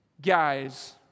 guys